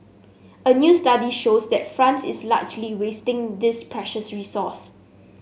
a new study shows that France is largely wasting this precious resource